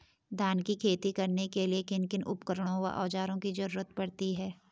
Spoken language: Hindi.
धान की खेती करने के लिए किन किन उपकरणों व औज़ारों की जरूरत पड़ती है?